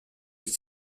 ils